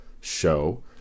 show